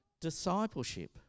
discipleship